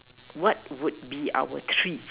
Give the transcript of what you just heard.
what would be our treat